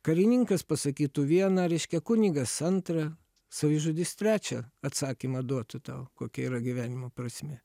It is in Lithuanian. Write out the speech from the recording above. karininkas pasakytų vieną reiškia kunigas antrą savižudis trečią atsakymą duotų tau kokia yra gyvenimo prasmė